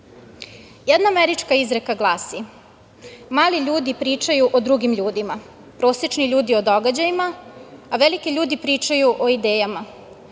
američka izreka glasi: „Mali ljudi pričaju o drugim ljudima, prosečni ljudi o događajima, a veliki ljudi pričaju o idejama“.